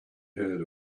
heard